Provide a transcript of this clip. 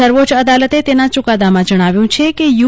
સર્વોચ્ચ અદાલતે તેના ચુકાદામાં જણાવ્યું છે કે યુ